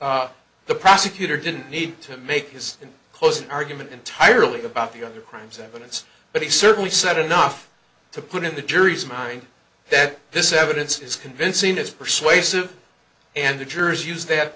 think the prosecutor didn't need to make his closing argument entirely about the other crimes evidence but he certainly said enough to put in the jury's mind that this evidence is convincing as persuasive and the jurors use th